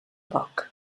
poc